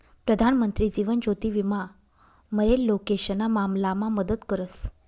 प्रधानमंत्री जीवन ज्योति विमा मरेल लोकेशना मामलामा मदत करस